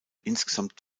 insgesamt